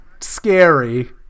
scary